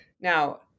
Now